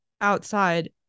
outside